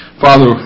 Father